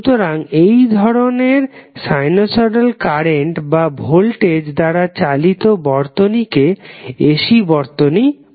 সুতরাং এই ধরনের সানুসয়ডাল কারেন্ট বা ভোল্টেজ দ্বারা চালিত বর্তনীকে AC বর্তনী বলা হয়